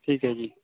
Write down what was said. ਠੀਕ ਹੈ ਜੀ